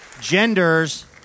Genders